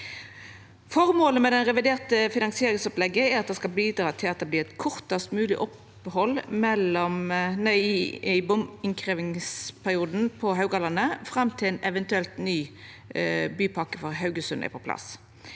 Formålet med det reviderte finansieringsopplegget er at det skal bidra til at det vert kortast mogleg opphald i innkrevjingsperioden på Haugalandet fram til ein eventuell ny bypakke for Haugesund